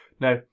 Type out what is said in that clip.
Now